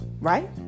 right